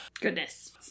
Goodness